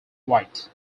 white